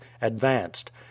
advanced